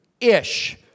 ish